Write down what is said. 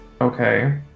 Okay